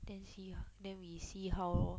then see ah then we see how lor